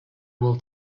will